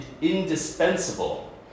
indispensable